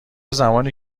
زمانی